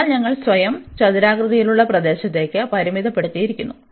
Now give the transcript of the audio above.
അതിനാൽ ഞങ്ങൾ സ്വയം ചതുരാകൃതിയിലുള്ള പ്രദേശത്തേക്ക് പരിമിതപ്പെടുത്തിയിരിക്കുന്നു